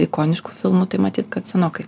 ikoniškų filmų tai matyt kad senokai